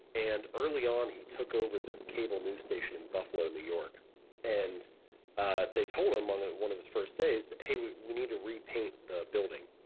and early on, he took over this cable news station in buffalo, new york and ah they told him in ah one of his first days, hey, we we need to repaint the building.